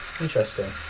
Interesting